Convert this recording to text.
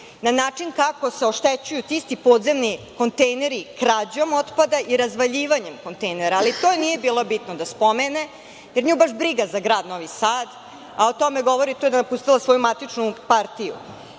na način kako se oštećuju ti isti podzemni kontejneri, krađom otpada i razvaljivanjem kontejnera. Ali, to joj nije bilo bitno da spomene, jer nju baš briga za grad Novi Sad, a tome govori to da je napustila svoju matičnu partiju.